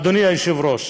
אדוני היושב-ראש.